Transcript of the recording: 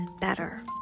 better